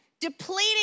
depleting